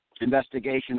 investigation